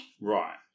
Right